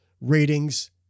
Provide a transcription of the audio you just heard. ratings